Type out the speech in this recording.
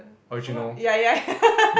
original